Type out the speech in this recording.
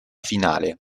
finale